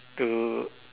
to